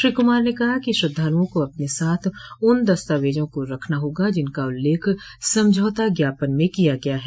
श्री कुमार ने कहा कि श्रद्वालुओं को अपने साथ उन दस्तावेजों को रखना होगा जिनका उल्लेख समझौता ज्ञापन में किया गया है